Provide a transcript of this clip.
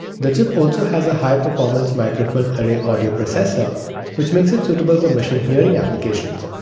the chip also has a high-performance microphone array audio processor which makes it suitable for machine hearing applications.